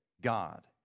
God